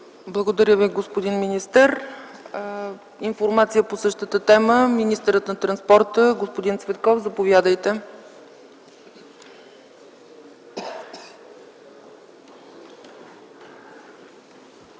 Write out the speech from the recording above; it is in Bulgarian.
Благодаря Ви, господин министър. Информация по същата тема от министъра на транспорта. Господин Цветков, заповядайте. МИНИСТЪР